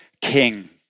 king